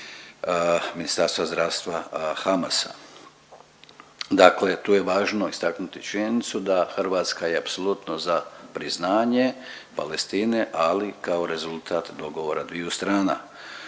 Ministarstva zdravstva Hamasa. Dakle tu je važno istaknuti činjenicu da Hrvatska je apsolutno za priznanje Palestine, ali kao rezultat dogovora dviju strana.